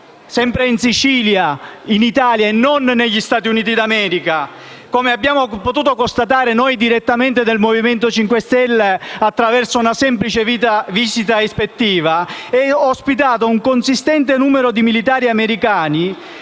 sempre in Sicilia, in Italia e non negli Stati Uniti d'America, dove abbiamo potuto constatare noi del Movimento 5 Stelle direttamente, attraverso una semplice visita ispettiva - è ospitato un consistente numero di militari americani,